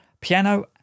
piano